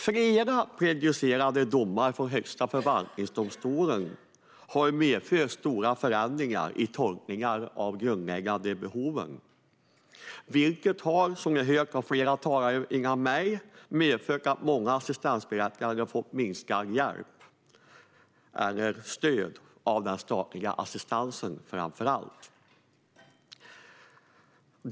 Flera prejudicerande domar från Högsta förvaltningsdomstolen har medfört stora förändringar i tolkningar av grundläggande behov. Flera talare har sagt att detta har medfört att många assistansberättigade har fått minskad hjälp eller minskat stöd från framför allt den statliga assistansersättningen.